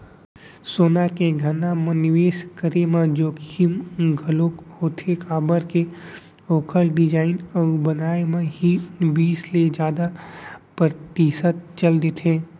सोना के गहना म निवेस करे म जोखिम घलोक होथे काबर के ओखर डिजाइन अउ बनाए म ही बीस ले जादा परतिसत चल देथे